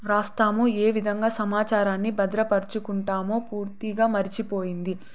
రాస్తాము ఏ విధంగా సమాచారాన్ని భద్రపరచుకుంటామో పూర్తిగా మర్చిపోయింది